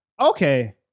Okay